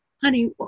honey